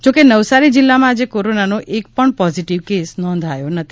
જો કે નવસારી જિલ્લામાં આજે કોરોનાનો એક પણ પોઝીટીવ કેસ નોંધાયો નથી